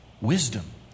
Wisdom